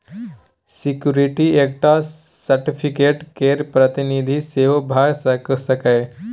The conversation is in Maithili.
सिक्युरिटी एकटा सर्टिफिकेट केर प्रतिनिधि सेहो भ सकैए